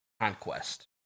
Conquest